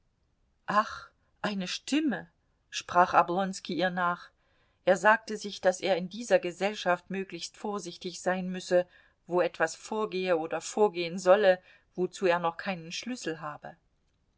ach eine stimme sprach oblonski ihr nach er sagte sich daß er in dieser gesellschaft möglichst vorsichtig sein müsse wo etwas vorgehe oder vorgehen solle wozu er noch keinen schlüssel habe